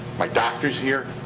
my doctor's here.